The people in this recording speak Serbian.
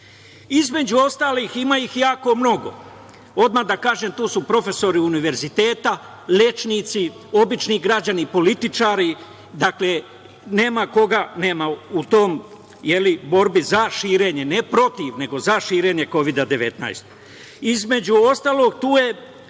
Između ostalih, ima ih jako mnogo, odmah da kažem tu su profesori univerziteta, lečnici, obični građani, političari. Dakle, nema koga nema u toj, je li, borbi za širenje, ne protiv, nego za širenje Kovida-19.Između ostalog, tu je